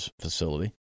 facility